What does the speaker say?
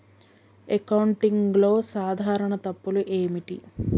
అకౌంటింగ్లో సాధారణ తప్పులు ఏమిటి?